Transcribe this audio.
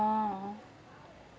ah